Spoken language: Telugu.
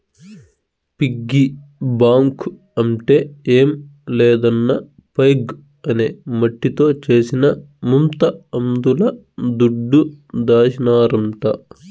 పిగ్గీ బాంక్ అంటే ఏం లేదన్నా పైగ్ అనే మట్టితో చేసిన ముంత అందుల దుడ్డు దాసినారంట